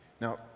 Now